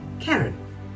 Karen